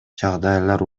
жагдайлар